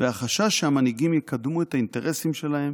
והחשש שהמנהיגים יקדמו את האינטרסים שלהם